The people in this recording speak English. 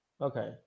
Okay